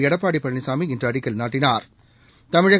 எடப்பாடி பழனிசாமி இன்று அடிக்கல் நாட்டினாா்